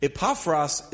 Epaphras